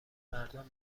مردم